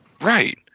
Right